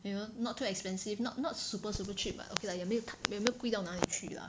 you know not too expensive not not super super cheap but okay lah 也没有也没有贵到哪里去 lah